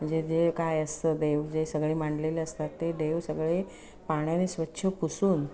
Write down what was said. म्हणजे जे काय असतं देव जे सगळे मांडलेले असतात ते देव सगळे पाण्याने स्वच्छ पुसून